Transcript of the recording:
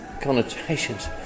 connotations